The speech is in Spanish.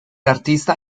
artista